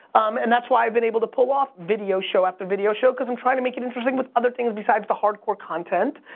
and that's why i've been able to pull off video show after video show cause i'm trying to make it interesting with other things besides the hardcore content.